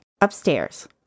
upstairs